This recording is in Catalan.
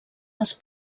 les